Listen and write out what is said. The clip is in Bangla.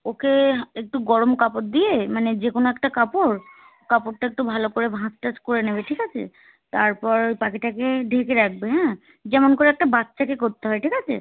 ওকে একটু গরম কাপড় দিয়ে মানে যে কোনো একটা কাপড় কাপড়টা একটু ভালো করে ভাঁজ টাজ করে নেবে ঠিক আছে তারপর পাখিটাকে ঢেকে রাখবে হ্যাঁ যেমন করে একটা বাচ্চাকে করতে হয় ঠিক আছে